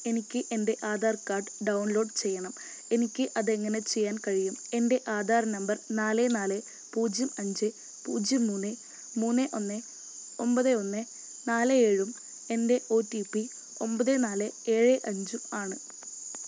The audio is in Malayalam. എനിക്ക് എൻറ്റെ ആധാർ ക്കാഡ് ഡൗൺലോഡ് ചെയ്യണം എനിക്ക് അതെങ്ങനെ ചെയ്യാൻ കഴിയും എൻറ്റെ ആധാർ നമ്പർ നാല് നാല് പൂജ്യം അഞ്ച് പൂജ്യം മൂന്ന് മൂന്ന് ഒന്ന് ഒമ്പത് ഒന്ന് നാല് ഏഴും എൻ്റെ ഒ ടി പി ഒമ്പത് നാല് ഏഴ് അഞ്ചും ആണ്